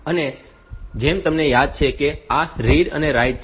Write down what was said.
અને જેમ તમને યાદ છે કે આ રીડ રાઈટ છે